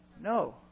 No